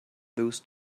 those